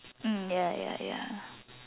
mm ya ya ya